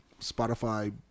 Spotify